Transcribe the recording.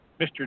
Mr